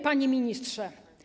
Panie Ministrze!